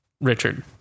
richard